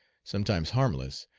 sometimes harmless,